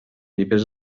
vivers